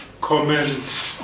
comment